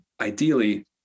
ideally